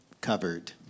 covered